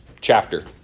chapter